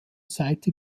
seite